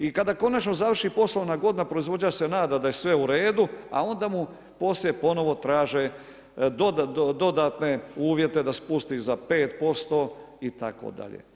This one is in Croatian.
I kada konačno završi poslovna godina proizvođač se nada da je sve uredu, a onda mu poslije ponovno traže dodatne uvjete za spusti za 5% itd.